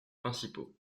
principaux